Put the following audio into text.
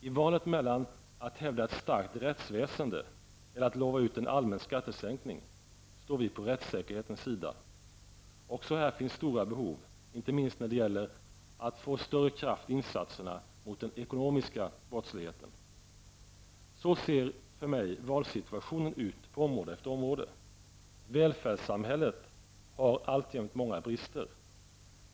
I valet mellan att hävda ett starkt rättsväsende eller att utlova en allmän skattesänkning står vi på rättssäkerhetens sida. Också här finns stora behov, inte minst när det gäller att få större kraft i insatserna mot den ekonomiska brottsligheten. Så ser för mig valsituationen ut på område efter område. Välfärdssamhället har alltjämt många brister.